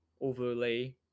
overlay